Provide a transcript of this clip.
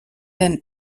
den